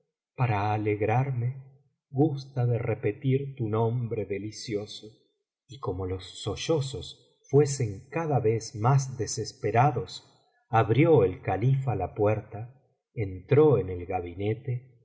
para alegrarme gusta de repetir tu nombre delicioso y como los sollozos fuesen cada vez mas desesperados abrió el califa la puerta entró en el gabinete y